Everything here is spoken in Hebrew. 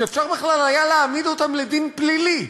שאפשר בכלל היה להעמיד אותם לדין פלילי,